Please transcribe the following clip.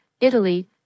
Italy